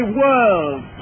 world